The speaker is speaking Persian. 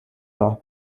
راه